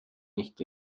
nicht